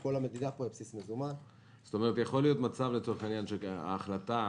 זאת אומרת, ההחלטה